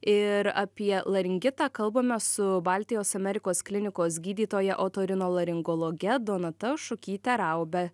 ir apie laringitą kalbame su baltijos amerikos klinikos gydytoja otorinolaringologe donata šukyte raube